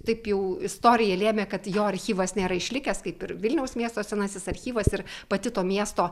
taip jau istorija lėmė kad jo archyvas nėra išlikęs kaip ir vilniaus miesto senasis archyvas ir pati to miesto